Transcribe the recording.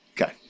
Okay